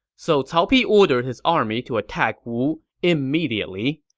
so cao pi ordered his army to attack wu immediately.